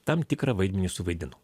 tam tikrą vaidmenį suvaidino